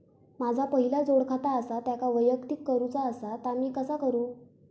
माझा पहिला जोडखाता आसा त्याका वैयक्तिक करूचा असा ता मी कसा करू?